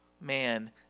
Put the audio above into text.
man